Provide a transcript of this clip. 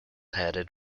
headed